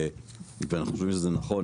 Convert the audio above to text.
ואנחנו חושבים שזה נכון,